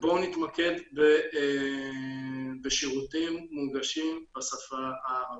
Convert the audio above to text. ובואו נתמקד בשירותים מונגשים בשפה הערבית.